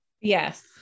yes